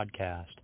Podcast